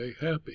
happy